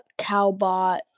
cowbot